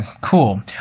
cool